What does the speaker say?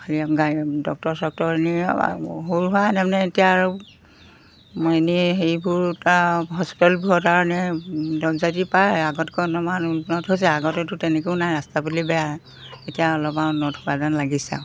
হেৰি গাড়ী ডক্তৰ চক্টৰ এনেই আৰু সৰু সুৰা তাৰমানে এতিয়া আৰু এনেই হেৰিবোৰ তাৰ হস্পিতালবোৰত আৰু এনে পায় আগতকৈ অলপমান উন্নত হৈছে আগতেতো তেনেকৈও নাই ৰাস্তা পদূলি বেয়া এতিয়া অলপমান উন্নত হোৱা যেন লাগিছে আৰু